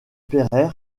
pereire